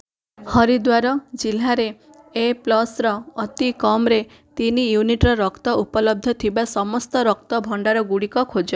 ହରିଦ୍ଵାର ଜିଲ୍ଲାରେ A plus ର ଅତିକମ୍ରେ ତିନି ୟୁନିଟ୍ ରକ୍ତ ଉପଲବ୍ଧ ଥିବା ସମସ୍ତ ରକ୍ତ ଭଣ୍ଡାରଗୁଡ଼ିକ ଖୋଜ